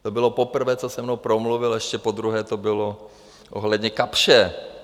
To bylo poprvé, co se mnou promluvil, ještě podruhé to bylo ohledně Kapsche.